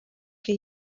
que